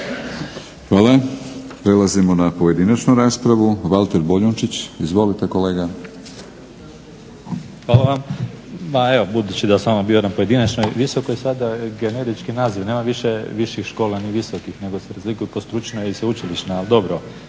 Hvala. Prelazimo na pojedinačnu raspravu. Valter Boljunčić, izvolite kolega. **Boljunčić, Valter (IDS)** Hvala. Pa evo da sam bio samo na pojedinačnoj visokoj, sad generički naziv. Nema više viših škola ni visokih, nego se razlikuju kao stručne i sveučilišne, ali dobro.